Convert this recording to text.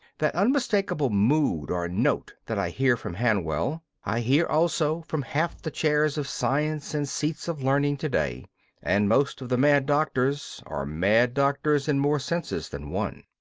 that unmistakable mood or note that i hear from hanwell, i hear also from half the chairs of science and seats of learning to-day and most of the mad doctors are mad doctors in more senses than one.